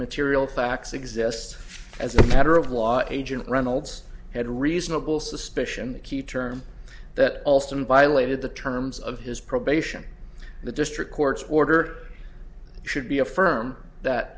material facts exists as a matter of law agent reynolds had reasonable suspicion the key term that alston violated the terms of his probation the district court's order should be affirmed that